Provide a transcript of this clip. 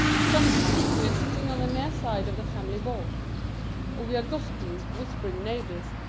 sometimes we are sitting on the near side of the family board. or we are gossiping whispering neighbors,